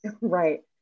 Right